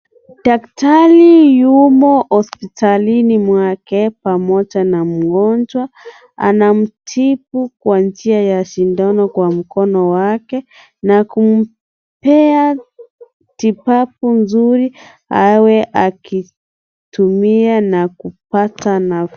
Daktari yumo hospitalini mwake pamoja na mgonjwa anamtibu kwa njia ya sindano kwa mkono wake na kumpea tibabu mzuri awe akitumia na kupata nafuu.